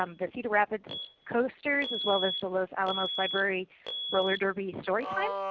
um the cedar rapids posters as well as the los alamos library roller derby story time,